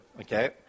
okay